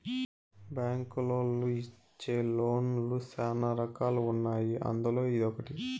బ్యాంకులోళ్ళు ఇచ్చే లోన్ లు శ్యానా రకాలు ఉన్నాయి అందులో ఇదొకటి